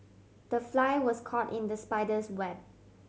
the fly was caught in the spider's web